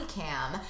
cam